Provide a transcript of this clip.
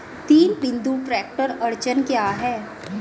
तीन बिंदु ट्रैक्टर अड़चन क्या है?